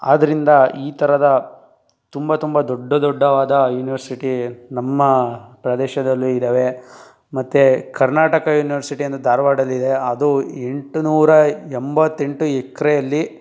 ಆದ್ದರಿಂದ ಈ ಥರದ ತುಂಬ ತುಂಬ ದೊಡ್ಡ ದೊಡ್ಡವಾದ ಯೂನಿವರ್ಸಿಟಿ ನಮ್ಮ ಪ್ರದೇಶದಲ್ಲೂ ಇದ್ದಾವೆ ಮತ್ತು ಕರ್ನಾಟಕ ಯೂನಿವರ್ಸಿಟಿ ಅಂದು ಧಾರವಾಡಲ್ಲಿದೆ ಅದು ಎಂಟುನೂರ ಎಂಬತ್ತೆಂಟು ಎಕ್ರೆಯಲ್ಲಿ